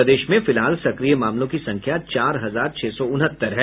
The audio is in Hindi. प्रदेश में फिलहाल सक्रिय मामलों की संख्या चार हजार छह सौ उनहत्तर है